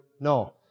No